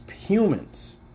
humans